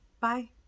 Bye